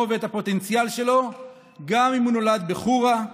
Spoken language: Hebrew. ואת הפוטנציאל שלו גם אם הוא נולד בחורה,